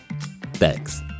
Thanks